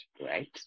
right